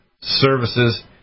services